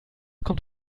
kommt